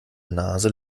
nase